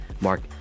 Mark